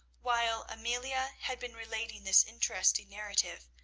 while amelia had been relating this interesting narrative,